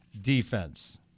defense